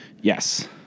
Yes